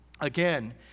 again